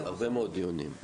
הרבה מאוד דיונים.